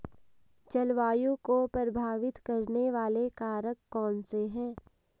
जलवायु को प्रभावित करने वाले कारक कौनसे हैं?